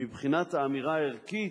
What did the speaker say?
מבחינת האמירה הערכית,